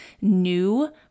new